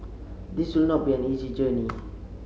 this will not be an easy journey